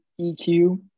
EQ